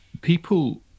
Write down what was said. People